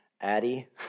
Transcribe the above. Addie